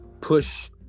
push